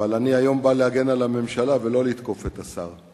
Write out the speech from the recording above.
אבל היום אני בא להגן על הממשלה ולא לתקוף את השר,